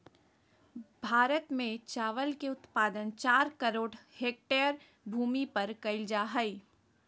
भारत में चावल के उत्पादन चार करोड़ हेक्टेयर भूमि पर कइल जा हइ